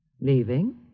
Leaving